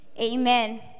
Amen